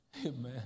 Amen